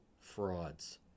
frauds